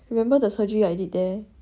remember the surgery I did there